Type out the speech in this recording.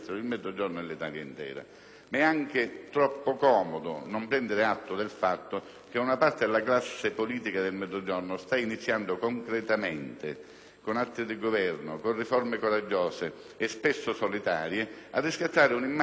È anche troppo comodo però non prendere atto dal fatto che una parte della classe politica del Mezzogiorno sta iniziando concretamente, con atti di governo, con riforme coraggiose, e spesso solitarie, a riscattare un'immagine di un Sud sprecone